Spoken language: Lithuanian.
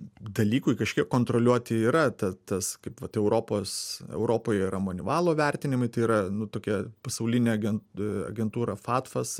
dalykui kažkiek kontroliuoti yra tas kaip vat europos europoje yra monivalo vertinimai tai yra nu tokia pasaulinė agent agentūra fatfas